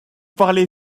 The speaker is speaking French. parlez